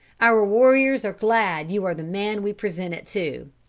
our warriors are glad you are the man we present it to.